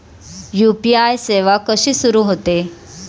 UPI सेवा कशी सुरू होते?